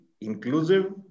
inclusive